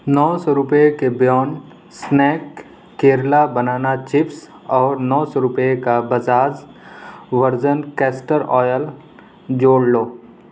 نو سو روپئے کے بیان سنیک کیرل بنانا چپس اور نو سو روپئے کا بزاز ورجن کیسٹر آئل جوڑ لو